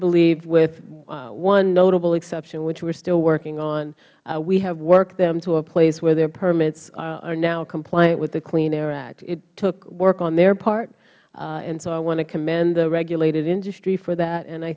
believe with one notable exception which we are still working on we have worked them to a place where their permits are now compliant with the clean air act it took work on their part and so i want to commend the regulated industry for that and i